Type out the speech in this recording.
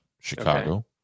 Chicago